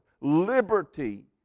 liberty